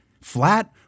flat